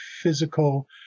physical